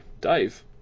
Dave